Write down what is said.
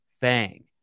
fang